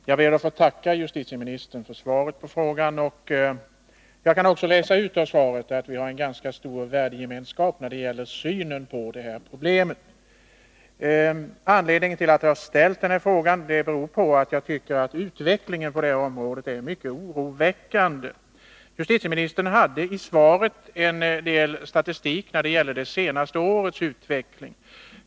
Herr talman! Jag ber att få tacka justitieministern för svaret på frågan. Och jag kan också läsa ut av svaret att vi har en ganska stor värdegemenskap när det gäller synen på de här problemen. Anledningen till att jag har ställt den här frågan är att jag tycker att utvecklingen på det här området är mycket oroväckande. Justitieministern hade i svaret en del statistik beträffande det senaste årets utveckling.